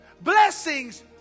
Blessings